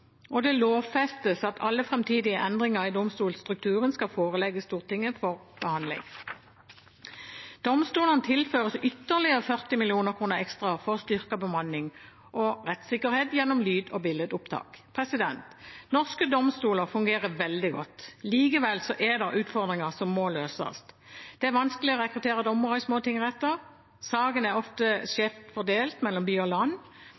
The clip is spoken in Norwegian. og det lovfestes at alle framtidige endringer i domstolstrukturen skal forelegges Stortinget for behandling. Domstolene tilføres ytterligere 40 mill. kr for å styrke bemanningen og rettssikkerheten gjennom lyd- og bildeopptak. Norske domstoler fungerer veldig godt. Likevel er det utfordringer som må løses. Det er vanskelig å rekruttere dommere til små tingretter, sakene er ofte skjevt fordelt mellom by og land,